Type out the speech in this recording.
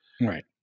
Right